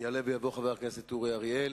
יעלה ויבוא חבר הכנסת אורי אריאל,